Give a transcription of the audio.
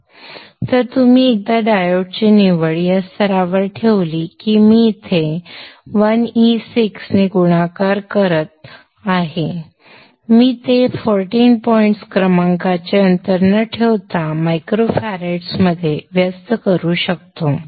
तर एकदा तुम्ही डायोडची निवड या स्तरावर ठेवली की मी येथे 1e6 ने गुणाकार करत आहे की मी ते 14 पॉइंट क्रमांकाचे अंतर न ठेवता मायक्रो फॅराड्समध्ये व्यक्त करू शकतो